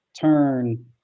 turn